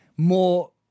more